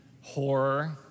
horror